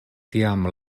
tiam